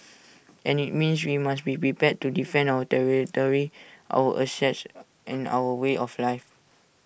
and IT means we must be prepared to defend our territory our assets and our way of life